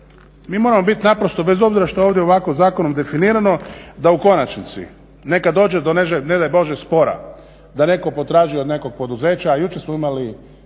mi moramo bit naprosto bez obzira što je ovdje ovako zakonom definirano da u konačnici neka dođe do ne daj Bože spora da netko potražuje od nekog poduzeća, jučer smo imali